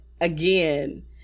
again